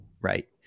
right